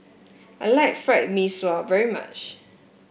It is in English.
I like Fried Mee Sua very much